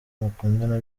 mukundana